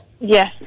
Yes